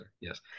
yes